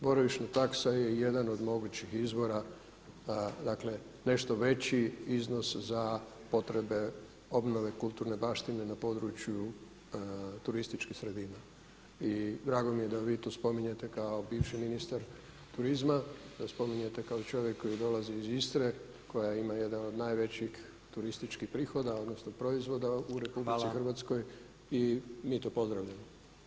Boravišna taksa je jedan od mogućih izvora, dakle nešto veći iznos za potrebe obnove kulturne baštine na području turističkih sredina i drago mi je da vi to spominjete kao bivši ministar turizma, da spominjete kao čovjek koji dolazi iz Istre koja ima jedan od najvećih turističkih prihoda, odnosno proizvoda u RH i mi to pozdravljamo.